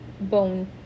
bone